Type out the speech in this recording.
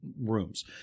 rooms